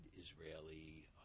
Israeli